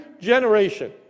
generation